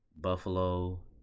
Buffalo